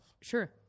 Sure